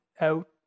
out